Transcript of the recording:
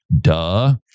Duh